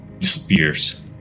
disappears